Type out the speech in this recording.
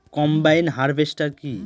Combine harvester কি?